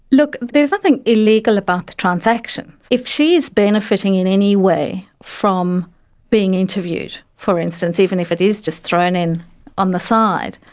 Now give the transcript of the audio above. look, there's nothing illegal about the transactions. if she is benefiting in any way from being interviewed, for instance, even if it is just thrown in on the side,